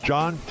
John